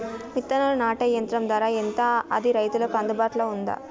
విత్తనాలు నాటే యంత్రం ధర ఎంత అది రైతులకు అందుబాటులో ఉందా?